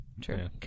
True